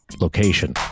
location